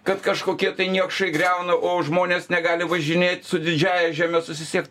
kad kažkokie niekšai griauna o žmonės negali važinėt su didžiąja žeme susisiekt